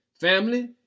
Family